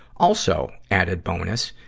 also, added bonus,